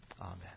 amen